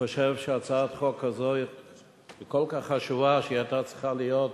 חשובה שהיא היתה צריכה להיות